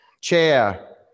chair